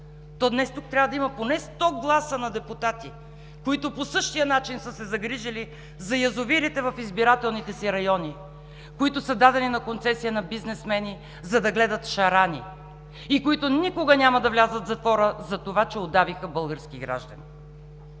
то днес тук трябва да има поне 100 гласа на депутати, които по същия начин са се загрижили за язовирите в избирателните си райони, които са дадени на концесия на бизнесмени, за да гледат шарани, и които никога няма да влязат в затвора за това, че удавиха български граждани.